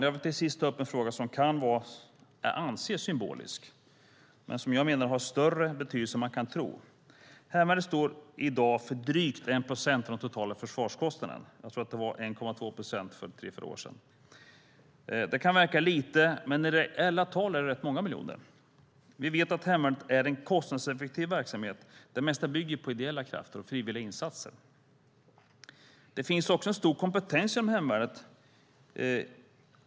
Jag vill till sist ta upp en fråga som kan anses symbolisk men som jag menar har större betydelse än man kan tro. Hemvärnet står i dag för drygt 1 procent av den totala försvarskostnaden. Jag tror att det var 1,2 procent för tre fyra år sedan. Det kan verka lite, men i reella tal är det ändå rätt många miljoner. Vi vet att hemvärnet är en kostnadseffektiv verksamhet där det mesta bygger på ideella och frivilliga insatser. Det finns också stor kompetens inom hemvärnet.